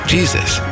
Jesus